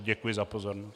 Děkuji za pozornost.